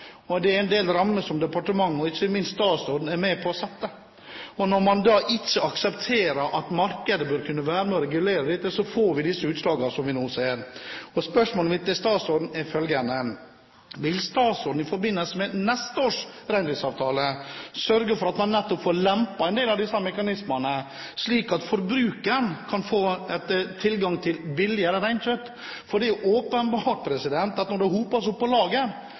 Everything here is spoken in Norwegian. og det er en ramme som departementet og ikke minst statsråden er med på å sette. Og når man da ikke aksepterer at markedet bør kunne være med og regulere dette, får vi de utslagene som vi nå ser. Spørsmålet mitt til statsråden er følgende: Vil statsråden i forbindelse med neste års reindriftsavtale sørge for at man nettopp får lempet på en del av disse mekanismene, slik at forbrukeren kan få tilgang til billigere reinkjøtt? For det er jo åpenbart at når det hoper seg opp på